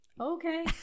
Okay